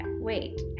wait